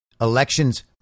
elections